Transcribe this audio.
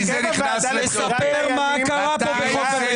תספר מה קרה פה בחוק הדיינים.